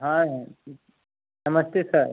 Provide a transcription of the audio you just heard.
हाँ हाँ नमस्ते सर